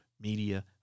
media